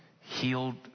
healed